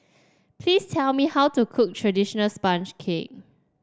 please tell me how to cook traditional sponge cake